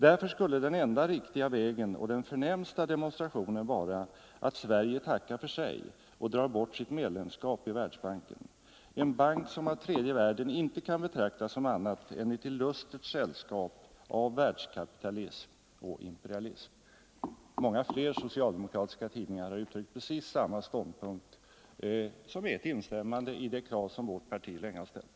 Därför skulle den enda riktiga vägen och den förnämsta demonstrationen vara att Sverige tackar för sig och drar bort sitt medlemskap i Världsbanken; den bank som av tredje världen inte kan betraktas som annat än ett illustert sällskap av världskapitalism och imperialism.” Många fler socialdemokratiska tidningar har uttryckt precis samma ståndpunkt, vilket är ett instämmande i det krav som vårt parti länge ställt.